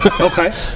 Okay